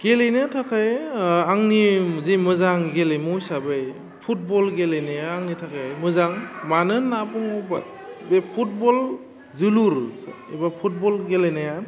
गेलेनो थाखाय आंनि जि मोजां गेलेमु हिसाबै फुटबल गेलेनाया आंनि थाखाय मोजां मानो होन्ना बुङोबा बे फुटबल जोलुर एबा फुटबल गेलेनाया